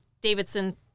Davidson